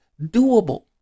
doable